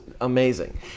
amazing